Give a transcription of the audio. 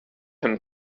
him